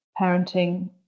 parenting